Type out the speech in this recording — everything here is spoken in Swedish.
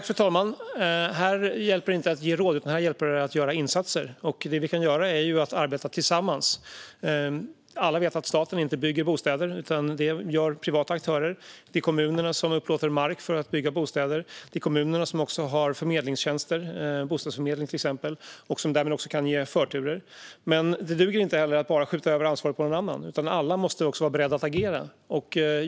Fru talman! Här hjälper det inte att ge råd, utan här hjälper det att göra insatser. Det vi kan göra är att arbeta tillsammans. Alla vet att staten inte bygger bostäder, utan det gör privata aktörer. Det är kommunerna som upplåter mark för att bygga bostäder. Det är kommunerna som har förmedlingstjänster, till exempel bostadsförmedling, och som därmed kan ge förtur. Men det duger inte att bara skjuta över ansvaret på någon annan, utan alla måste vara beredda att agera.